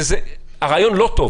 כי זה רעיון לא טוב?